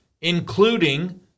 including